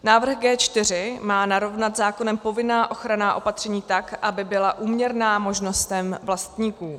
Návrh G4 má narovnat zákonem povinná ochranná opatření tak, aby byla úměrná možnostem vlastníků.